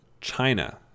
China